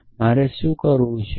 તો મારે શું કરવું છે